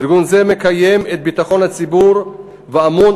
ארגון זה מקיים את ביטחון הציבור ואמון